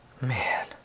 Man